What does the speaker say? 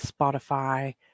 Spotify